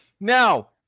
now